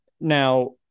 now